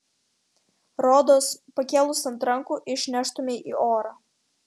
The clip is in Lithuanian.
rodos pakėlus ant rankų išneštumei į orą